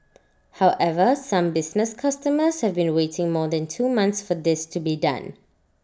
however some business customers have been waiting more than two months for this to be done